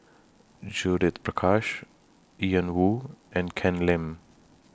Judith Prakash Ian Woo and Ken Lim